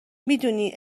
میدونی